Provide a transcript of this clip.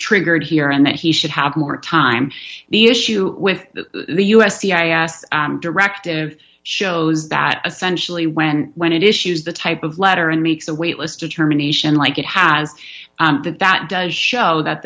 triggered here and that he should have more time the issue with the u s c i s directive shows that essentially when when it issues the type of letter and makes a weightless determination like it has that that does show that